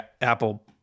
Apple